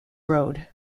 road